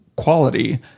quality